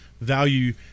value